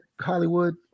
hollywood